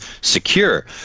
secure